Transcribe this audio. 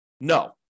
No